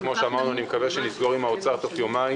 וכאמור אני מקווה שנסגור עם האוצר תוך יומיים